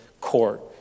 Court